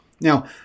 Now